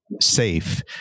safe